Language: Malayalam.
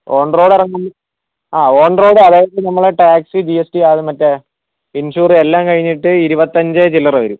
ഓൺറോഡ് ഇറങ്ങും ആ ഓൺറോഡ് അതായത് നമ്മൾ ടാക്സ് ജി എസ് ടി അത് മറ്റേ ഇൻഷുർ എല്ലാം കഴിഞ്ഞിട്ട് ഇരുപത്തൻഞ്ച് ചില്ലറ വരും